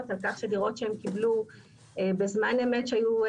על כך שדירות שהם קיבלו בזמן אמת שהיו,